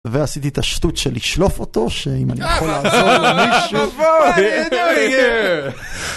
ועשיתי את השטות של לשלוף אותו, שאם אני יכול לעזור למישהו...